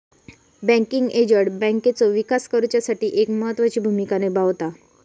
banking agent बँकेचो विकास करुच्यासाठी एक महत्त्वाची भूमिका निभावता